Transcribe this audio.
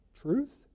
truth